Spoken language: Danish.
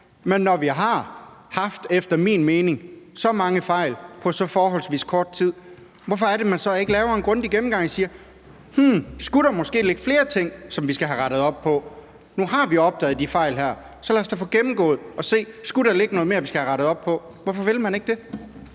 Men når vi efter min mening har haft så mange fejl på så forholdsvis kort tid, hvorfor laver man så ikke en grundig gennemgang og siger: Skulle der måske ligge flere ting, som vi skal have rettet op på? Nu har vi opdaget de fejl her. Så lad os da få gennemgået og se, om der skulle ligge noget mere, som vi skal have rettet op på. Hvorfor vil man ikke det?